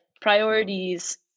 priorities